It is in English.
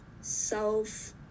self